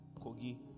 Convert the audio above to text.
Kogi